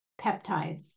peptides